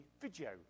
video